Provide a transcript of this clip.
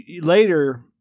later